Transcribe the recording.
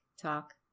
talk